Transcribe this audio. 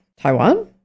Taiwan